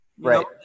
Right